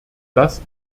das